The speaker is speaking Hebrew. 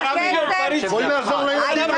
בואו נעזור לילדים האלה.